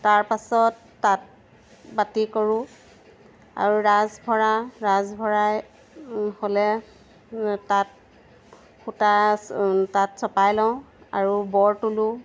তাৰপাছত তাঁত বাতি কৰোঁ আৰু ৰাছ ভৰাওঁ ৰাছ ভৰাই হ'লে তাঁত সূতা তাঁত চপাই লওঁ আৰু বৰ তোলোঁ